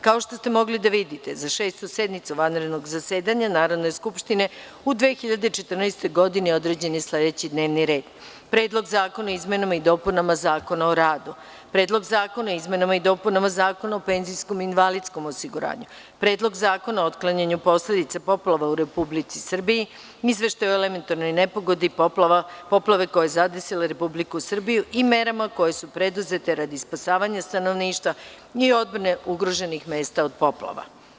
Kao što ste mogli da vidite, za sednicu Šestog vanrednog zasedanja Narodne skupštine u 2014. godini, određen je sledeći D n e v n i r e d: 1.Predlog zakona o izmenama i dopunama Zakona o radu; 2.Predlog zakona o izmenama i dopunama Zakona o penzijskom i invalidskom osiguranju; 3.Predlog zakona o otklanjanju posledica poplava u Republici Srbiji; 4.Izveštaj o elementarnoj nepogodi – poplavi koja je zadesila Republiku Srbiju i merama koje su preduzete radi spasavanja stanovništva i odbrane ugroženih mesta od poplava.